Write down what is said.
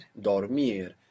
Dormir